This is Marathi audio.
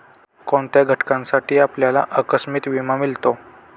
कोणत्या घटनांसाठी आपल्याला आकस्मिक विमा मिळतो?